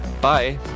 Bye